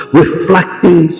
reflecting